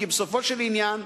כי בסופו של עניין,